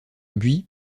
buis